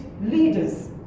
leaders